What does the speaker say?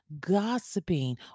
gossiping